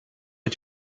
est